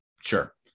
sure